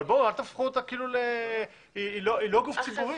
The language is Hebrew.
אבל אל תהפכו אותה לגוף ציבורי.